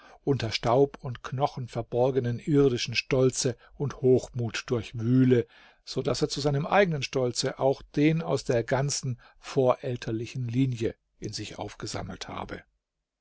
unter staub und knochen verborgenen irdischen stolze und hochmut durchwühle so daß er zu seinem eigenen stolze auch den aus der ganzen vorelterlichen linie in sich aufgesammelt habe